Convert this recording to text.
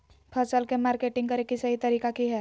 फसल के मार्केटिंग करें कि सही तरीका की हय?